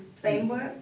framework